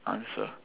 answer